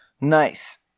Nice